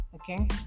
okay